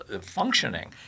functioning